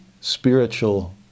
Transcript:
spiritual